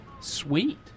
Sweet